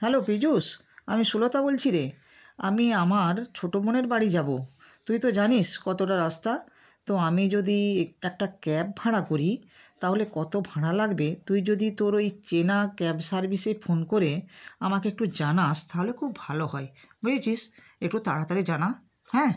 hello Piyush আমি সুলতা বলছি রে আমি আমার ছোটো বোনের বাড়ি যাব তুই তো জানিস কতটা রাস্তা তো আমি যদি একটা ক্যাব ভাড়া করি তাহলে কত ভাড়া লাগবে তুই যদি তোর ওই চেনা ক্যাব সার্ভিসে ফোন করে আমাকে একটু জানাস তাহলে খুব ভালো হয় বুঝেছিস একটু তাড়াতাড়ি জানা হ্যাঁ